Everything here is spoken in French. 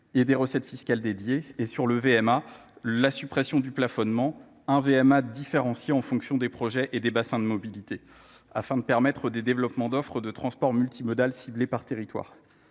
des les recettes fiscales dédiées et sur le M a la suppression du plafonnement, un M a différencié en fonction des projets et des bassins de mobilité afin de permettre des développements d'offres de transports multimodales ciblés par territoire.